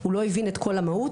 הוא לא הבין את כל המהות,